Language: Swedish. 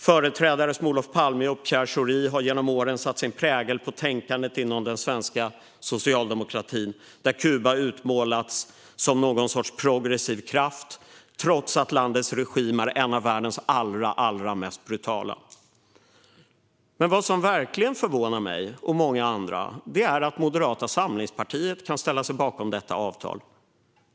Företrädare som Olof Palme och Pierre Schori har genom åren satt sin prägel på tänkandet inom den svenska socialdemokratin, där Kuba utmålats som någon sorts progressiv kraft trots att landets regim är en av världens allra mest brutala. Vad som verkligen förvånar mig och många andra är däremot att Moderata samlingspartiet kan ställa sig bakom detta avtal.